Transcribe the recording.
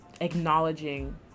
acknowledging